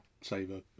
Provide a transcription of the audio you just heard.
saver